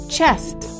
Chest